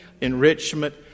enrichment